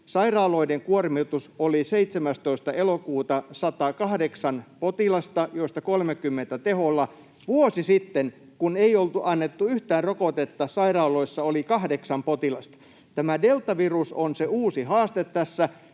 Sairaaloiden kuormitus oli 17. elokuuta 108 potilasta, joista 30 teholla. Vuosi sitten, kun ei oltu annettu yhtään rokotetta, sairaaloissa oli 8 potilasta. Deltavirus on se uusi haaste tässä.